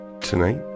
Tonight